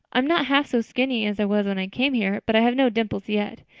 i'm not half so skinny as i was when i came here, but i have no dimples yet.